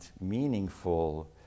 meaningful